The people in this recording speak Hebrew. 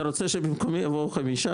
אתה רוצה שבמקומי יבואו חמישה?